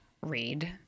read